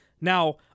Now